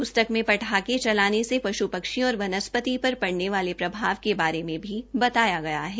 पुस्तक में पटाखे चलाने से पश् पक्षियों और वनस्पति पर पड़ने वाले प्रभाव के बारे में भी बताया गया है